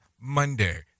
monday